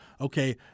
okay